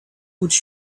would